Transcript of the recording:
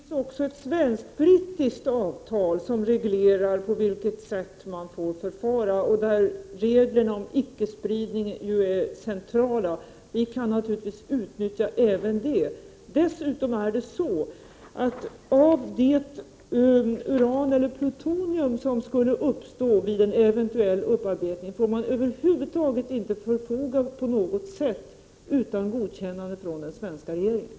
Herr talman! Jag vill förtydliga något. Det finns naturligtvis också ett svenskt-brittiskt avtal som reglerar på vilket sätt man får förfara. Reglerna om icke-spridning är centrala i det avtalet. Vi kan naturligtvis utnyttja även det. Dessutom är det så att det uran eller plutonium som skulle uppstå vid en eventuell upparbetning får man över huvud taget inte förfoga över på något sätt utan godkännande från den svenska regeringen.